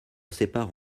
sépare